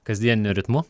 kasdieniniu ritmu